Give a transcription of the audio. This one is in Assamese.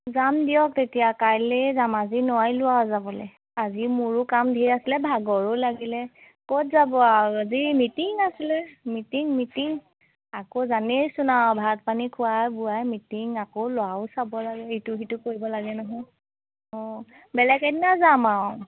যাম দিয়ক তেতিয়া কাইলেই যাম আজি নোৱাৰিলো আৰু যাবলৈ আজি মোৰো কাম ধেই আছিলে ভাগৰো লাগিলে ক'ত যাব আৰু আজি মিটিঙ আছিলে মিটিঙ মিটিঙ আকৌ জানেইচোন আৰু ভাত পানী খোৱাই বোৱাই মিটিং আকৌ ল'ৰাও চাব লাগে ইটো সিটো কৰিব লাগে নহয় অঁ বেলেগ এদিনা যাম আৰু